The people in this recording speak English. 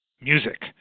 Music